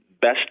best